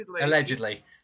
allegedly